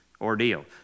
ordeal